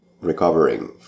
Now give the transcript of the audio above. recovering